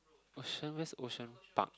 ocean west Ocean Park